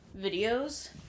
videos